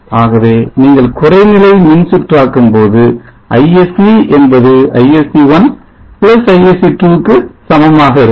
ஆகவே நீங்கள் குறை நிலை மின்சுற்றாக்கும்போது Isc என்பது Isc1 Isc2 க்கு சமமாக இருக்கும்